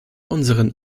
unseren